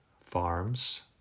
farms